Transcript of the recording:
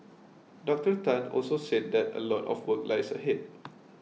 Doctor Tan also said that a lot of work lies ahead